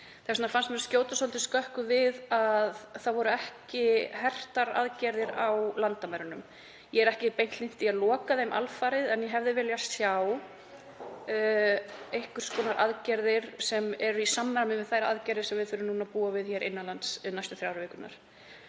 Þess vegna fannst mér skjóta svolítið skökku við að það voru ekki hertar aðgerðir á landamærunum. Ég er ekki hlynnt því að loka þeim alfarið en ég hefði viljað sjá einhvers konar aðgerðir sem eru í samræmi við þær aðgerðir sem við þurfum að búa við hér innan lands næstu þrjár vikurnar.